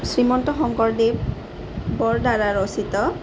শ্ৰীমন্ত শংকৰদেৱৰ দ্বাৰা ৰচিত